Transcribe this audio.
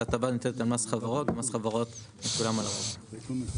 ההטבה ניתנת למס חברות, שמשולם ---.